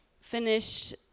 finished